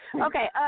Okay